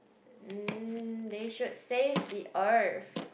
mm they should save the earth